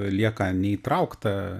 lieka neįtraukta